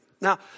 Now